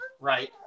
Right